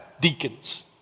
Deacons